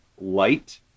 light